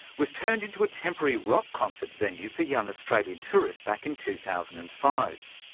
was turned into a temporary rock concert venue for young australian tourists back in two thousand and five.